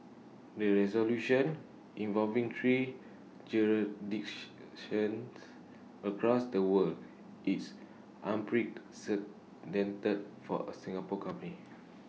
the resolution involving three across the world is unprecedented for A Singapore company